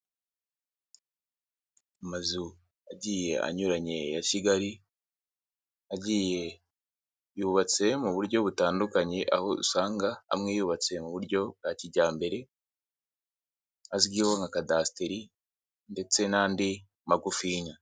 Amazu agiye anyuranye ya Kigali, agiye yubatse mu buryo butandukanye aho usanga amwe yubatse mu buryo bwa kijyambere, azwiho nka kadasiteri ndetse n'andi magufiya.